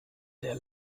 der